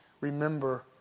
remember